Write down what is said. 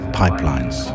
pipelines